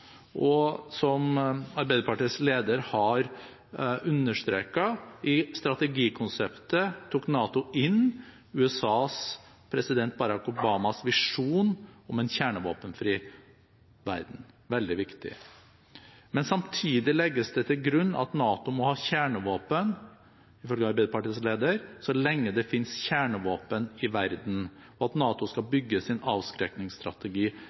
Og som Arbeiderpartiets leder har understreket, i strategikonseptet tok NATO inn USAs president Barack Obamas visjon om en kjernevåpenfri verden – veldig viktig. Men samtidig legges det til grunn at NATO må ha kjernevåpen, ifølge Arbeiderpartiets leder, så lenge det finnes kjernevåpen i verden, og at NATO skal bygge sin